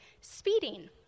speeding